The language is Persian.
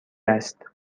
است